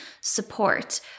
support